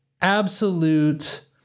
absolute